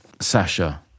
Sasha